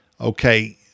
Okay